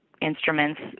instruments